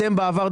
אתם בעבר,